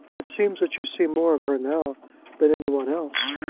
it seems that you see more of her now than any one else.